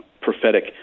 prophetic